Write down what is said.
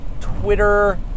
Twitter